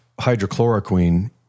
hydrochloroquine